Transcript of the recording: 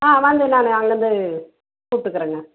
ஆ வந்து நான் அங்கருந்து கூப்பிட்டுக்கிறேங்க